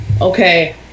Okay